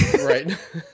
Right